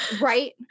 Right